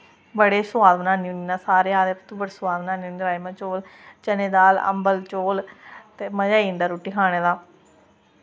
बड़े गै सोआद बनानी होन्नी सारे आखदे होंदे तूं बड़ी सुआद बनान्नी होन्नी राजमा चौल चने दे दाल अम्बल चौल ते मज़ा आई जंदा रुट्टी खाने दा